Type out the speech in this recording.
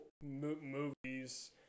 movies